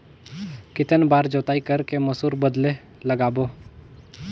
कितन बार जोताई कर के मसूर बदले लगाबो?